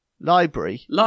Library